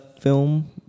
film